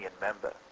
member